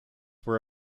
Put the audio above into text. were